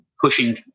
pushing